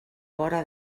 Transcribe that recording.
vora